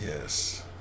yes